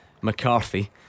McCarthy